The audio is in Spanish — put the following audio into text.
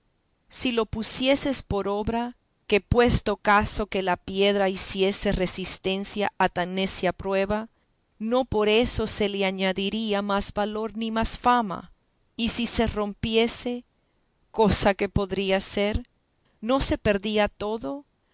si lo pusieses por obra que puesto caso que la piedra hiciese resistencia a tan necia prueba no por eso se le añadiría más valor ni más fama y si se rompiese cosa que podría ser no se perdería todo